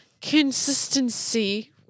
consistency